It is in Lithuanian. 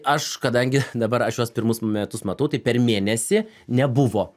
aš kadangi dabar aš juos pirmus metus matau tai per mėnesį nebuvo